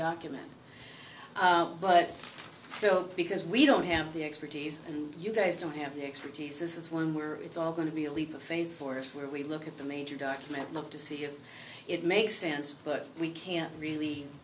document but so because we don't have the expertise and you guys don't have the expertise this is one where it's all going to be a leap of faith for us when we look at the major document look to see if it makes sense but we can't really